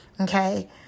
okay